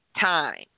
time